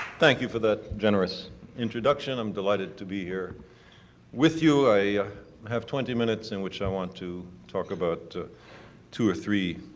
thank you for that generous introduction. i'm delighted to be here with you. i have twenty minutes in which i want to talk about two or three